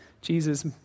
Jesus